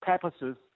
purposes